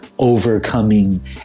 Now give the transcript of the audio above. overcoming